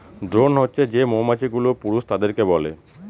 drone হছে যে মৌমাছি গুলো পুরুষ তাদেরকে বলে